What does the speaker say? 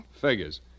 Figures